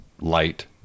light